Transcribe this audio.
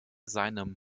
seinem